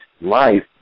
life